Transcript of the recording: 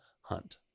Hunt